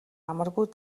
амаргүй